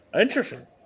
Interesting